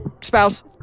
spouse